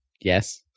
Yes